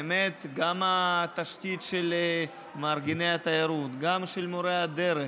ובאמת כך גם התשתית של מארגני התיירות וגם של מורי הדרך,